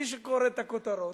מי שקורא את הכותרות,